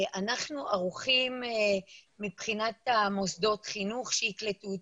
אנחנו ערוכים מבחינת מוסדות החינוך שיקלטו אותם,